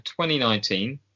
2019